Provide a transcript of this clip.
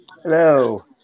Hello